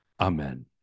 Amen